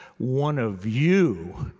one of you,